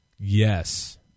Yes